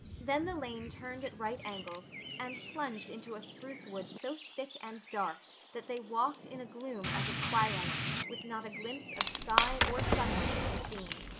then the lane turned at right angles and plunged into a spruce wood so thick and dark that they walked in a gloom as of twilight, with not a glimpse of sky or sunlight to be seen.